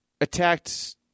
attacked